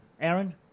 Aaron